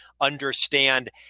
understand